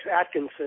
Atkinson